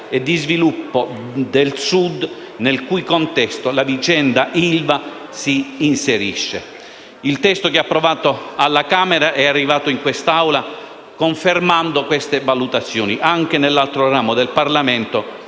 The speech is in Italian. e di sviluppo del Sud, nel cui contesto la vicenda ILVA si inserisce. Il testo approvato alla Camera e arrivato in quest'Aula conferma queste valutazioni. Anche nell'altro ramo del Parlamento